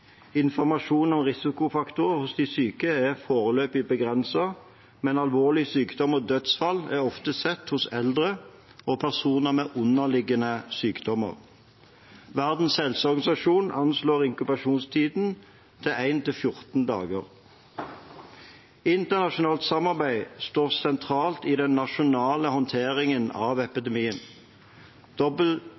Informasjon om risikofaktorer hos de syke er foreløpig begrenset, men alvorlig sykdom og dødsfall er oftest sett hos eldre og personer med underliggende sykdommer. Verdens helseorganisasjon anslår inkubasjonstiden til 1–14 dager. Internasjonalt samarbeid står sentralt i den nasjonale håndteringen av epidemien.